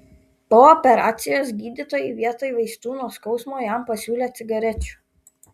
po operacijos gydytojai vietoj vaistų nuo skausmo jam pasiūlė cigarečių